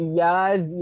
yes